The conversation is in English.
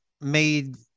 made